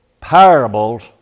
parables